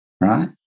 right